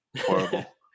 horrible